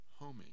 Homie